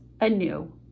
anew